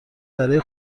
برای